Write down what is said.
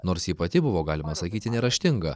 nors ji pati buvo galima sakyti neraštinga